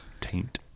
Taint